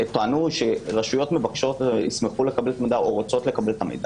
טענו שרשויות רוצות לקבל את המידע.